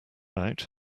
out